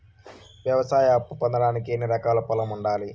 వ్యవసాయ అప్పు పొందడానికి ఎన్ని ఎకరాల పొలం ఉండాలి?